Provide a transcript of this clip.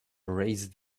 raised